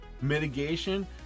Mitigation